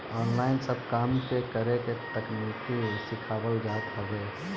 online सब काम के करे के तकनीकी सिखावल जात हवे